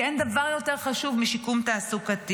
כי אין דבר יותר חשוב משיקום תעסוקתי.